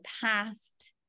past